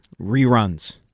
reruns